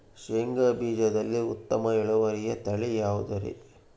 ಶೇಂಗಾ ಬೇಜದಲ್ಲಿ ಉತ್ತಮ ಇಳುವರಿಯ ತಳಿ ಯಾವುದುರಿ?